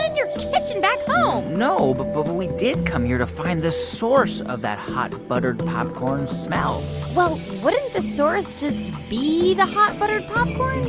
your kitchen back home no, but but we did come here to find the source of that hot buttered popcorn smell well, wouldn't the source just be the hot buttered popcorn?